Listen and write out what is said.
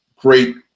great